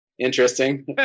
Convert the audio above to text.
interesting